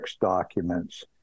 documents